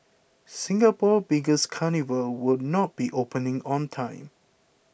Singapore's biggest carnival will not be opening on time